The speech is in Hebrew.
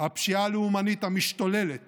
הפשיעה הלאומנית המשתוללת